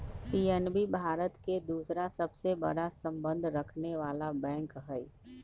PNB Bharat के दूसरा सबसे बड़ा सबसे संबंध रखनेवाला बैंक हई